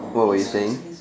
bro you were saying